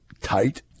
tight